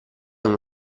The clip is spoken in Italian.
uno